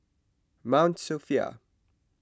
Mount Sophia